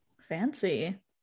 Fancy